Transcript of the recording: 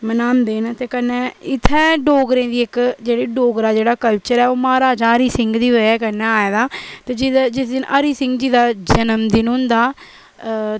मनांदे न कन्नै इत्थै डोगरें दी इक डोगरा जेह्ड़ा कल्चरल ऐ महाराज हरि सिंह दी बजहा कन्नै आएदा जेह्दा जिस दिन हरि सिंह जी दा जन्म दिन होंदा